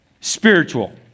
spiritual